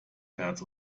herz